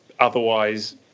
Otherwise